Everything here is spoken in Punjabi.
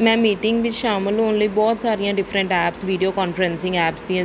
ਮੈਂ ਮੀਟਿੰਗ ਵਿੱਚ ਸ਼ਾਮਿਲ ਹੋਣ ਲਈ ਬਹੁਤ ਸਾਰੀਆਂ different apps video conferencing apps ਦੀ